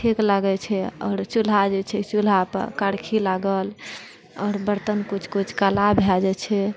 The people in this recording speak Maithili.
ठीक लागैत छै आओर चूल्हा जे छै चूल्हा पर करखि लागल आओर बर्तन कुछ कुछ काला भए जाइत छै